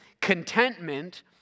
contentment